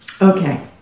Okay